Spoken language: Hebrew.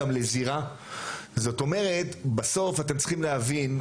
זאת אומרת בסוף אתם צריכים להבין,